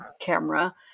camera